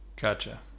gotcha